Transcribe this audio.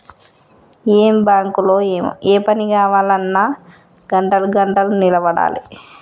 ఏం బాంకులో ఏమో, ఏ పని గావాల్నన్నా గంటలు గంటలు నిలవడాలె